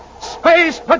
Space